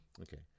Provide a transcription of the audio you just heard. Okay